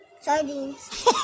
Sardines